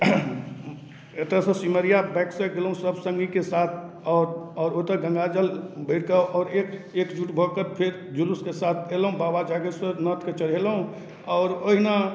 एतऽ सँ सिमरिया बाइकसँ गेलहुँ सब सङ्गीके साथ आओर आओर ओतऽ गङ्गा जल भरिकऽ आओर एक एकजुट भऽ कऽ फेर जुलूसके साथ अयलहुँ बाबा जागेश्वर नाथके चढ़ेलहुँ आओर ओहिना